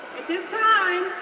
at this time,